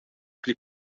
pli